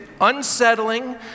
unsettling